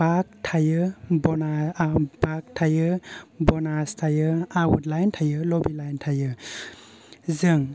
बाग थायो आवट बाग थायो बनास थायो आवट लाइन थायो लबि लाइन थायो जों